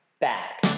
Back